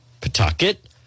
Pawtucket